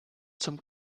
zum